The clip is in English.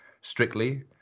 strictly